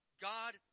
God